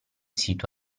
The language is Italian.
sito